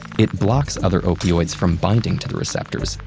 it blocks other opioids from binding to the receptors,